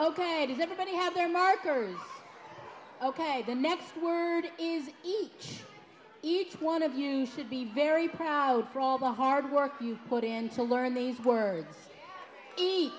it is everybody have their markers ok the next word is each each one of you should be very proud for all the hard work you put in to learn these words